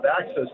access